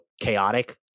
chaotic